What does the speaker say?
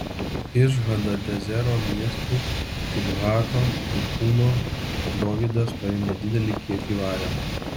iš hadadezero miestų tibhato ir kūno dovydas paėmė didelį kiekį vario